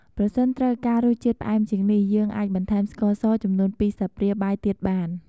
ប្រសិនត្រូវការរសជាតិផ្អែមជាងនេះ យើងអាចបន្ថែមស្ករសចំនួន២ស្លាបព្រាបាយទៀតបាន។